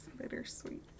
bittersweet